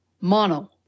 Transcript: mono